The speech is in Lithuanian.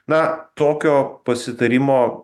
na tokio pasitarimo